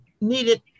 needed